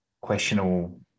questionable